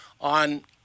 on